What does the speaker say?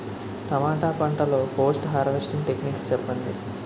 టమాటా పంట లొ post harvesting techniques చెప్పండి?